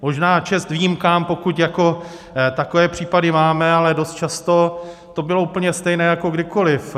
Možná čest výjimkám, pokud jako takové případy máme, ale dost často to bylo úplně stejné jako kdykoliv.